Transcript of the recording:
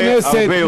חברי הכנסת,